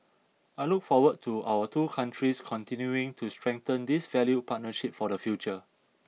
I look forward to our two countries continuing to strengthen this valued partnership for the future